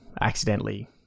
accidentally